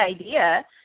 idea